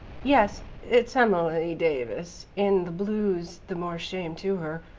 yes, it's emily davis, in the blues, the more shame to her,